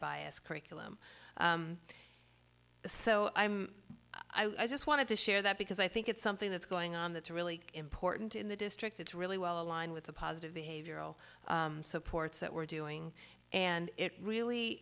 bias curriculum so i'm i just wanted to share that because i think it's something that's going on that's really important in the district it's really well aligned with the positive behavioral supports that we're doing and it really